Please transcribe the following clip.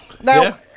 Now